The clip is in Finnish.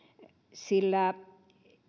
sillä